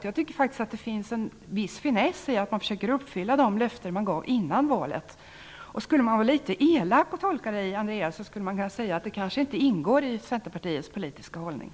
Jag tycker faktiskt att det är en viss finess med att man försöker uppfylla de löften man gav innan valet. Skulle man vara litet elak när man tolkade Andreas Carlgrens uttalande skulle man kunna säga att det kanske inte ingår i Centerpartiets politiska hållning.